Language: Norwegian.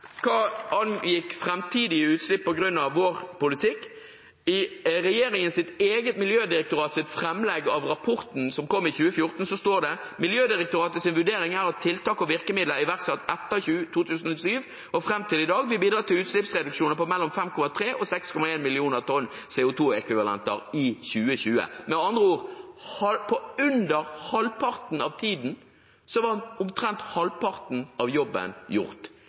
hva angikk framtidige utslipp på grunn av vår politikk – i regjeringens eget miljødirektorats framlegg av rapporten som kom i 2014, står det: «Vår vurdering er at tiltak og virkemidler iverksatt etter 2007 og frem til i dag vil bidra til utslippsreduksjoner på mellom 5,3 og 6,1 millioner tonn CO 2 -ekvivalenter i 2020.» Med andre ord: På under halvparten av tiden var omtrent halvparten av jobben gjort.